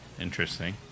Interesting